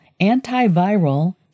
antiviral